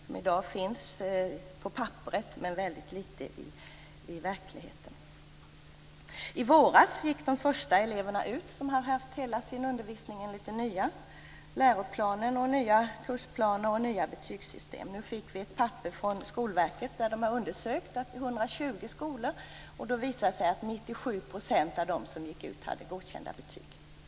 Sådana finns i dag på papperet men väldigt litet i verkligheten. I våras gick de första elever som har haft hela sin undervisning enligt den nya läroplanen, med nya kursplaner och nya betygssystem, ut. Vi har fått ett papper från Skolverket, som har undersökt 120 skolor. Det visar sig att 97 % av dem som gick ut hade godkända betyg.